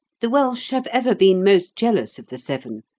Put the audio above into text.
the welsh have ever been most jealous of the severn,